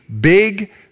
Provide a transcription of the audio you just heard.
big